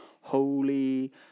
holy